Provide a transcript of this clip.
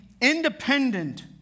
independent